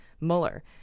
Mueller